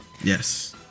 yes